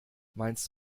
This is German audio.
meinst